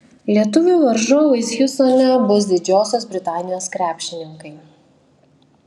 lietuvių varžovais hjustone bus didžiosios britanijos krepšininkai